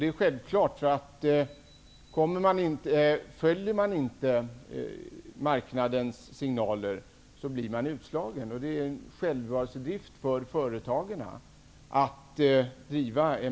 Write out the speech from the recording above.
Det är självklart att man blir utslagen om man inte följer marknadens signaler. Att driva en bra miljöpolitik är en ren självbevarelsedrift för företagen.